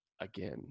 again